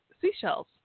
Seashells